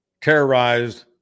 terrorized